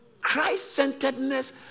Christ-centeredness